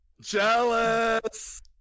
Jealous